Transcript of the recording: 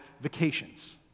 vacations